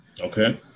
Okay